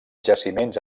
jaciments